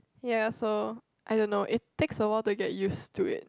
ya so I don't know it takes a while to get used to it